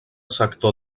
sector